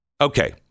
Okay